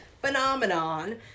phenomenon